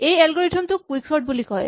এই এলগৰিথম টোক কুইকচৰ্ট বুলি কয়